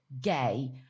gay